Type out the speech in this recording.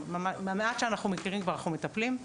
מהמעט שאנחנו מכירים אנחנו כבר מטפלים,